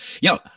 Yo